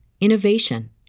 innovation